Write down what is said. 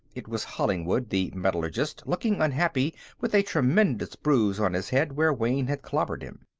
it was hollingwood, the metallurgist, looking unhappy with a tremendous bruise on his head where wayne had clobbered him.